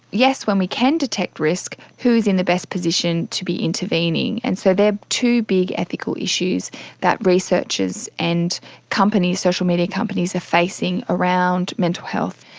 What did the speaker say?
yes, when we can detect risk, who is in the best position to be intervening? and so they are two big ethical issues that researchers and companies, social media companies, are facing around mental health.